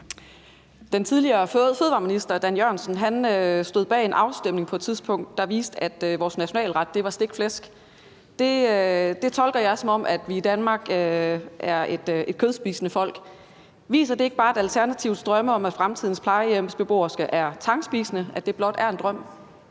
Den tidligere fødevareminister, Dan Jørgensen, stod på et tidspunkt bag en afstemning, der viste, at vores nationalret var stegt flæsk. Det tolker jeg, som at vi i Danmark er et kødspisende folk. Viser det ikke bare, at Alternativets drømme om, at fremtidens plejehjemsbeboere er tangspisende, blot er en drøm?